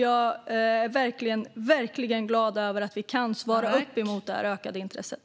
Jag är verkligen glad över att vi kan svara mot det ökade intresset.